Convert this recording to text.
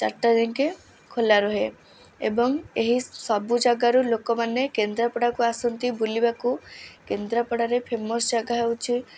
ଚାରିଟା ଯାଁକେ ଖୋଲା ରହେ ଏବଂ ଏହି ସବୁ ଜାଗାରୁ ଲୋକମାନେ କେନ୍ଦ୍ରାପଡ଼ାକୁ ଆସନ୍ତି ବୁଲିବାକୁ କେନ୍ଦ୍ରାପଡ଼ାରେ ଫେମସ୍ ଜାଗା ହେଉଛି